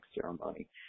ceremony